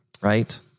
right